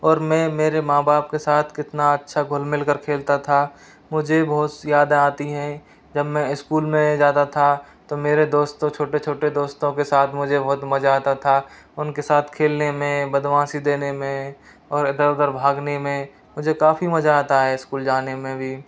और मैं मेरे माँ बाप के साथ कितना अच्छा घुल मिलकर खेलता था मुझे बहुत सी याद आती हैं जब मैं स्कूल में जाता था तो मेरे दोस्तों छोटे छोटे दोस्तों के साथ मुझे बहुत मजा आता था उनके साथ खेलने में बदमाशी देने में और इधर उधर भागने में मुझे काफ़ी मजा आता है स्कूल जाने में भी